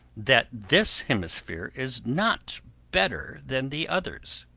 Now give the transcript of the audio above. that this hemisphere is not better than the others,